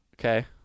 Okay